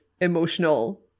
emotional